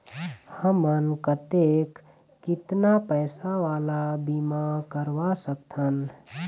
हमन कतेक कितना पैसा वाला बीमा करवा सकथन?